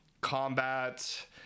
combat